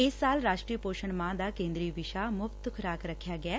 ਇਸ ਸਾਲ ਰਾਸ਼ਟਰੀ ਪੋਸ਼ਣ ਮਾਹ ਦਾ ਕੇਦਰੀ ਵਿਸ਼ਾ ਮੁਫ਼ਤ ਖੁਰਾਕ ਰੱਖਿਆ ਗਿਐ